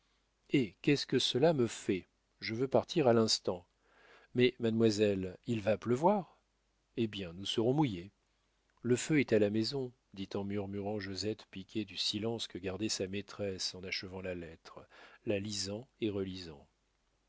hé qu'est-ce que cela me fait je veux partir à l'instant mais mademoiselle il va pleuvoir eh bien nous serons mouillés le feu est à la maison dit en murmurant josette piquée du silence que gardait sa maîtresse en achevant la lettre la lisant et relisant